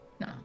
No